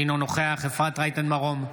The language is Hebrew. אינו נוכח אפרת רייטן מרום,